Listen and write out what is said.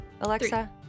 Alexa